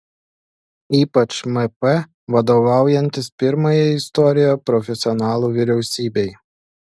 ypač mp vadovaujantis pirmajai istorijoje profesionalų vyriausybei